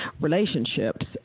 relationships